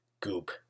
goop